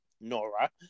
Nora